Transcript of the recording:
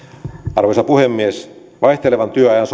arvoisa puhemies vaihtelevan työajan